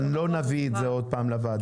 אבל לא נביא את זה עוד פעם לוועדה.